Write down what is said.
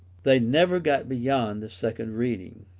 they never got beyond the second reading.